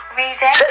reading